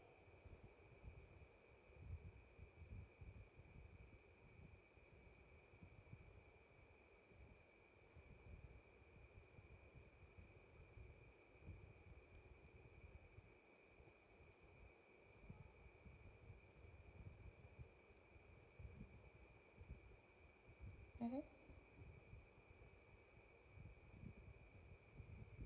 mmhmm